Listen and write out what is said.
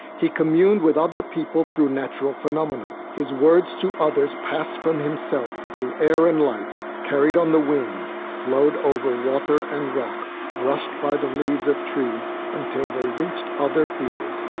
he communed with other people through natural phenomena. his words to others passed from himself through air and light, carried on the wind, flowed over water and rock, brushed by the leaves of trees until they reached other ears,